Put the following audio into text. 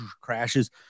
crashes